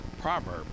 proverb